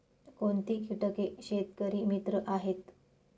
कोणती किटके शेतकरी मित्र आहेत?